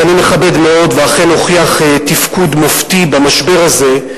שאני מכבד מאוד ואכן הוכיח תפקוד מופתי במשבר הזה,